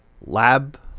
lab